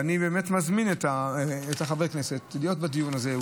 אני באמת מזמין את חברי הכנסת להיות בדיון הזה,